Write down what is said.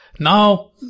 Now